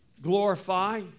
glorify